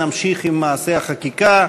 נמשיך עם מעשה החקיקה.